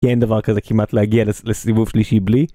כי אין דבר כזה כמעט להגיע לסיבוב שלישי בלי.